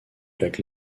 lac